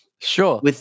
Sure